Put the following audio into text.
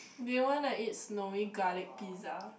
do you want to eat snowy garlic pizza